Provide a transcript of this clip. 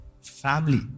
family